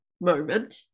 moment